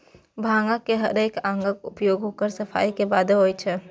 भांगक हरेक अंगक उपयोग ओकर सफाइ के बादे होइ छै